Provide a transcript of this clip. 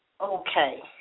Okay